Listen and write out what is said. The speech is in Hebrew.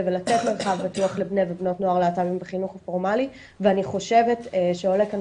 ולתת מענה לבני נער להט"בי בחינוך הפורמאלי ואני חושבת שעולה כאן